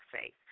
faith